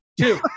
two